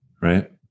right